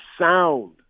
sound